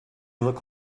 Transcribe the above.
look